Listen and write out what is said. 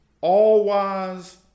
all-wise